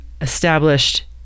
established